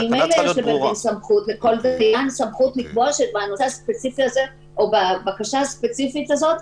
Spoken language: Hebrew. הרי ממילא יש לבית דין סמכות לקבוע שבבקשה הספציפית הזאת,